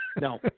No